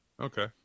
Okay